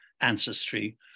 ancestry